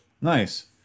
Nice